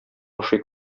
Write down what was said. ашый